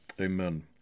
Amen